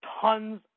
tons